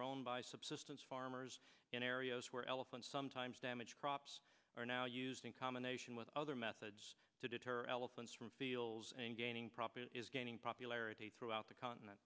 grown by subsistence farmers in areas where elephants sometimes damage crops are now used in combination with other methods to deter elephants from feels and gaining profit is gaining popularity throughout the continent